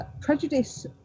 Prejudice